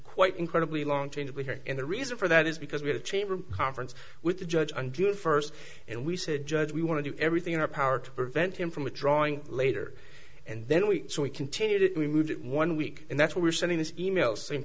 quite incredibly long change here and the reason for that is because we have chamber conference with the judge on june first and we said judge we want to do everything in our power to prevent him from withdrawing later and then we so we continued it we moved one week and that's why we're sending this e mail saying